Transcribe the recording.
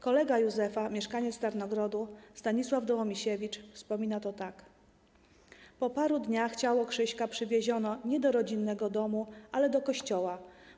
Kolega Józefa, mieszkaniec Tarnogrodu, Stanisław Dołomisiewicz wspomina to tak: „Po paru dniach ciało Krzyśka przywieziono nie do rodzinnego domu, ale do kościoła.